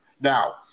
Now